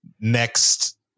next